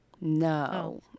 No